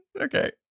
Okay